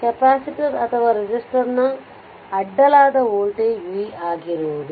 capacitor ಅಥವಾ resistor ನ ಅಡ್ಡಲಾದ ವೋಲ್ಟೇಜ್ v ಆಗಿರುವುದು